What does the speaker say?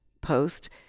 post